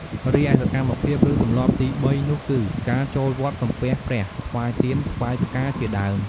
រីឯសកម្មភាព ឬទម្លាប់ទីបីនោះគឺ ការចូលវត្តសំពះព្រះ ថ្វាយទៀន ថ្វាយផ្កាជាដើម។